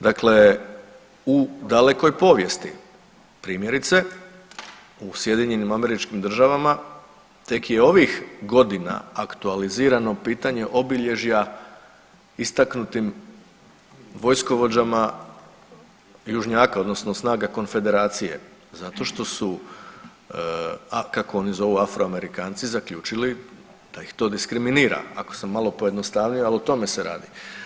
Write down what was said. Dakle u dalekoj povijesti primjerice u SAD-u tek je ovdje aktualizirano pitanje obilježja istaknutim vojskovođama južnjaka odnosno snaga Konfederacije zato što su kako oni zovu Afroamerikanci zaključili da ih to diskriminira, ako sam malo pojednostavio ali o tome se radi.